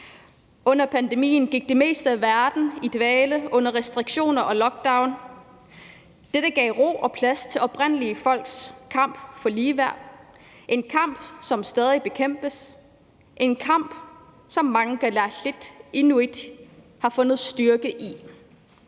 Under pandemien gik det meste af verden i dvale under restriktioner og lockdown. Dette gav ro og plads til oprindelige folks kamp for ligeværd; en kamp, som stadig kæmpes, en kamp, som mange kalaallit/inuit har fundet styrke i.